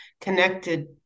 connected